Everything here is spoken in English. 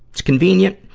it's convenient,